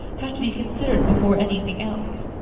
have to be considered before anything else.